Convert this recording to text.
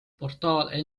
portaal